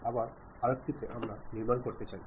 আবার আর্ক টিতে আমরা নির্মাণ করতে চাই